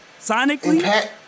Sonically